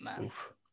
oof